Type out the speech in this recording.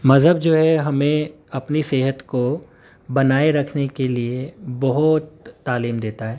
مذہب جو ہے ہمیں اپنی صحت کو بنائے رکھنے کے لیے بہت تعلیم دیتا ہے